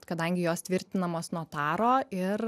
kadangi jos tvirtinamos notaro ir